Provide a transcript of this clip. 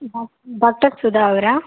ಡಾ ಡಾಕ್ಟರ್ ಸುಧಾ ಅವರ